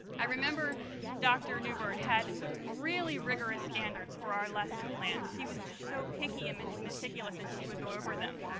i remember dr. neubert had really rigorous standards for our lesson plans. she was just so picky and meticulous as she would go over them.